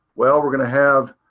well, we're going to have,